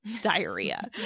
diarrhea